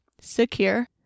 secure